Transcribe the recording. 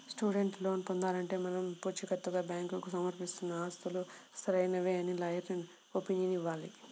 student loan పొందాలంటే మనం పుచీకత్తుగా బ్యాంకుకు సమర్పిస్తున్న ఆస్తులు సరైనవే అని లాయర్ ఒపీనియన్ ఇవ్వాలి